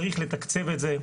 צריך לתקצב את זה.